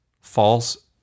False